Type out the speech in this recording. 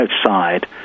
outside